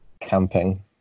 camping